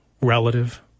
relative